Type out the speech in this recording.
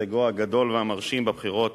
הישגו הגדול והמרשים בבחירות